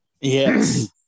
yes